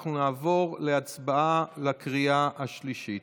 אנחנו נעבור להצבעה בקריאה השלישית.